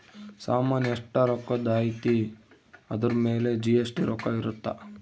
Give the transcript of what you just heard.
ಸಾಮನ್ ಎಸ್ಟ ರೊಕ್ಕಧ್ ಅಯ್ತಿ ಅದುರ್ ಮೇಲೆ ಜಿ.ಎಸ್.ಟಿ ರೊಕ್ಕ ಇರುತ್ತ